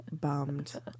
bummed